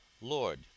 Lord